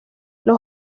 los